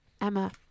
Emma